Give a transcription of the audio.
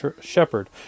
shepherd